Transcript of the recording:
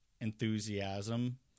enthusiasm